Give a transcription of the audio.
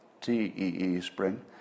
T-E-E-Spring